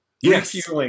yes